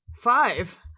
five